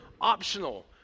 optional